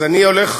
אז אני הולך,